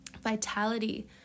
vitality